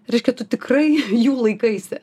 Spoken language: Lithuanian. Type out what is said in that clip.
reiškia tu tikrai jų laikaisi